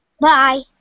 Bye